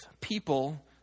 people